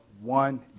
one